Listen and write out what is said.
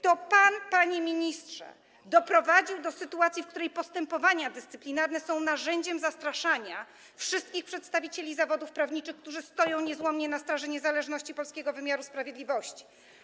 To pan, panie ministrze, doprowadził do sytuacji, w której postępowania dyscyplinarne są narzędziem zastraszania wszystkich przedstawicieli zawodów prawniczych, którzy niezłomnie stoją na staży niezależności polskiego wymiaru sprawiedliwości.